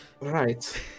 right